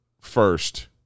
first